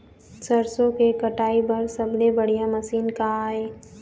सरसों के कटाई बर सबले बढ़िया मशीन का ये?